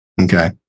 Okay